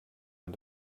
ein